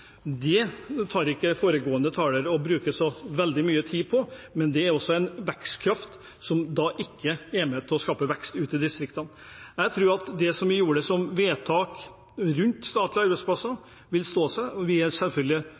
Det bruker ikke foregående taler så veldig mye tid på, men det er også en vekstkraft – som ikke er med på å skape vekst ute i distriktene. Jeg tror at det som vi vedtok om statlige arbeidsplasser, vil stå seg. Flere av oss er selvfølgelig